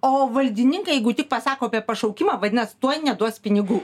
o valdininkai jeigu tik pasako apie pašaukimą vadinas tuoj neduos pinigų